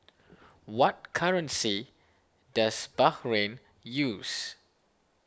what currency does Bahrain use